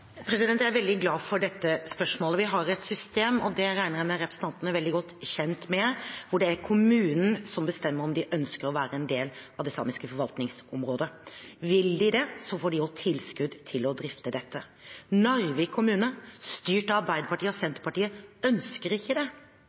sammenslåingen? Jeg er veldig glad for dette spørsmålet. Vi har et system, og det regner jeg med at representanten er veldig godt kjent med, hvor det er kommunen som bestemmer om de ønsker å være en del av det samiske forvaltningsområdet. Ønsker de det, får de også tilskudd til å drifte dette. Narvik kommune, styrt av Arbeiderpartiet og Senterpartiet, ønsker ikke det.